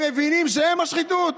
הם מבינים שהם השחיתות.